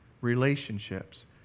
relationships